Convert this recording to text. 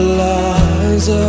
lies